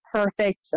perfect